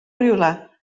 rywle